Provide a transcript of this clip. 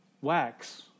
wax